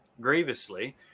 grievously